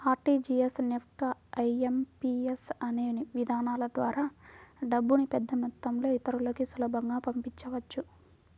RTGS, NEFT, IMPS అనే విధానాల ద్వారా డబ్బుని పెద్దమొత్తంలో ఇతరులకి సులభంగా పంపించవచ్చు